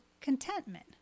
contentment